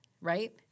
right